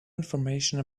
information